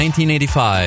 1985